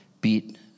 beat